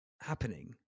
happening